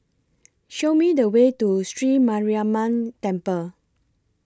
Show Me The Way to Sri Mariamman Temple